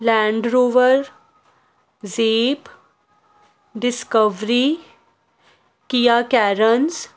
land Rover Jeep Discovery Kia Carens